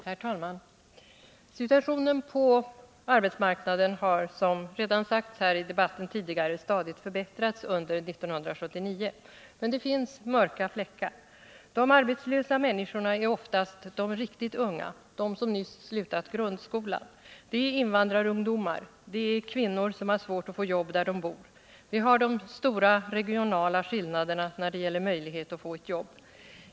Herr talman! Situationen på arbetsmarknaden har, som redan sagts i debatten här tidigare, stadigt förbättrats under 1979. Men det finns mörka fläckar. De arbetslösa människorna är oftast de riktigt unga, de som nyss slutat grundskolan. Det är invandrarungdomar, det är kvinnor som har svårt att få jobb där de bor. Vi har de stora regionala skillnaderna när det gäller möjlighet att få ett jobb.